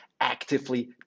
actively